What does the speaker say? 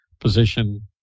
position